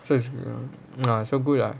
so good ah